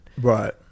Right